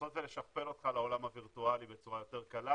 לנסות ולשכפל אותך לעולם הווירטואלי בצורה יותר קלה,